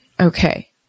okay